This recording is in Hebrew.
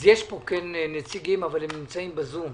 אז יש פה נציגים, אבל הם נמצאים בזום.